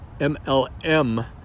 MLM